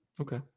Okay